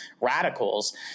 radicals